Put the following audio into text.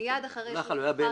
-- מיד אחרי ש --- הוא היה באילת.